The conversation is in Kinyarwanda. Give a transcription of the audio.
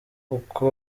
uko